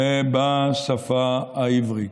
בשפה העברית.